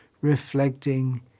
reflecting